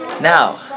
Now